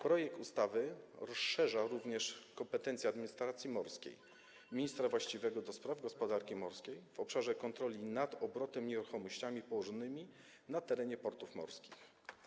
Projekt ustawy rozszerza również kompetencje administracji morskiej, ministra właściwego do spraw gospodarki morskiej w obszarze kontroli nad obrotem nieruchomościami położonymi na terenie portów morskich.